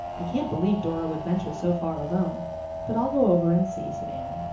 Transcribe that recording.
i can't believe dora would venture so far alone but i'll go over and see, said anne.